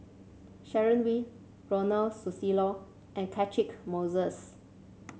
Sharon Wee Ronald Susilo and Catchick Moses